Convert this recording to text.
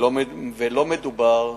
ולא מדובר